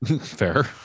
fair